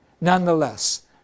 nonetheless